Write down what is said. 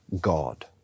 God